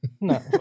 No